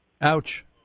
Ouch